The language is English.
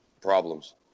problems